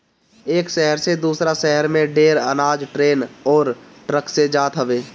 एक शहर से दूसरा शहर में ढेर अनाज ट्रेन अउरी ट्रक से जात हवे